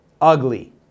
Ugly